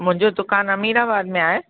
मुंहिंजो दुकान अमीनाबाद में आहे